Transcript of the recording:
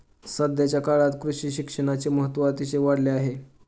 सध्याच्या काळात कृषी शिक्षणाचे महत्त्व अतिशय वाढले आहे